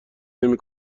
نمی